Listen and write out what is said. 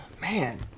Man